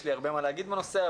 יש לי הרבה מה לומר בנושא,